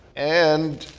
and,